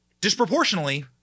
disproportionately